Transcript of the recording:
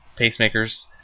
pacemakers